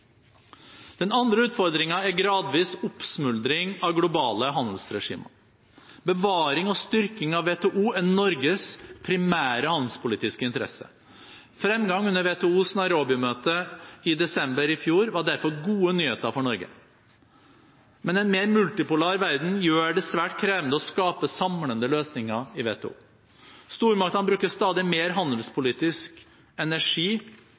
Den andre utfordringen er gradvis oppsmuldring av globale handelsregimer. Bevaring og styrking av WTO er Norges primære handelspolitiske interesse. Fremgang under WTOs møte i Nairobi i desember i fjor var derfor gode nyheter for Norge. Men en mer multipolar verden gjør det svært krevende å skape samlende løsninger i WTO. Stormaktene bruker stadig mer handelspolitisk energi